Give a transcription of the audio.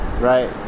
Right